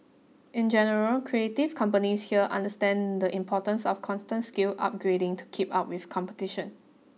in general creative companies here understand the importance of constant skill upgrading to keep up with competition